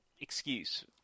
excuse